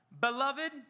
Beloved